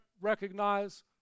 recognize